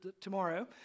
tomorrow